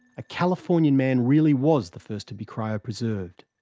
a californian man really was the first to be cryopreserved.